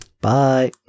Bye